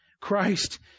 Christ